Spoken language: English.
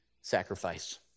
sacrifice